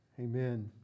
Amen